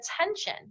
attention